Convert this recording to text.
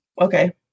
Okay